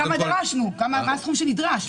קודם כל --- מה הסכום שנדרש.